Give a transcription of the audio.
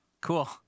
Cool